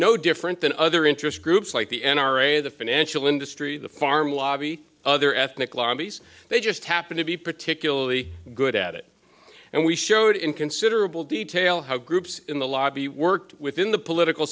no different than other interest groups like the n r a the financial industry the farm lobby other ethnic lobbies they just happen to be particularly good at it and we showed in considerable detail how groups in the lobby worked within the political